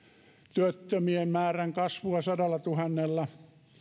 työttömien määrän kasvua sadallatuhannella